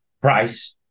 price